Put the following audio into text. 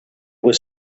was